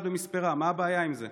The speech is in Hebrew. למשל לקוח אחד במספרה, מה הבעיה עם זה?